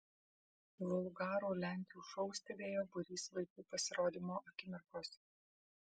vulgarų lenkių šou stebėjo būrys vaikų pasirodymo akimirkos